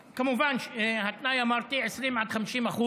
כמובן, התנאי, אמרתי הוא 20% עד 50%